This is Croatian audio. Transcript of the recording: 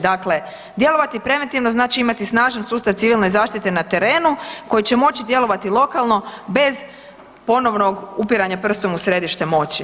Dakle, djelovati preventivno znači imati snažan sustav civilne zaštite na terenu, koji će moći djelovati lokalno bez ponovnog upiranja prstom u središte moći.